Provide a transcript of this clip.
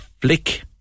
flick